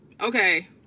Okay